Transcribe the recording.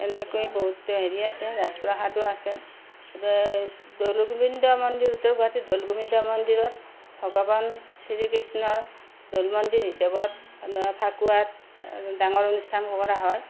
এনেকে বহুতো ৰাজপ্ৰসাদো আছে গুৱাহাটীৰ দৌলগোবিন্দ মন্দিৰতো গুৱাহাটীত দৌলগোবিন্দ মন্দিৰত ভগৱান শ্ৰী কৃষ্ণৰ দৌলমন্দিৰ হিচাপত মানে ফাকুৱাত ডাঙৰ অনুষ্ঠান কৰা হয়